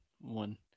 one